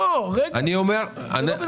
בסדר, צריך לעבוד על זה